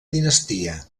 dinastia